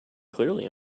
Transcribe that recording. clearly